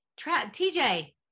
TJ